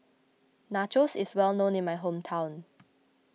Nachos is well known in my hometown